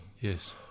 Yes